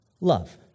love